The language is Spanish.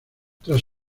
tras